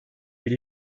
bir